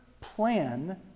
plan